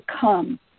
come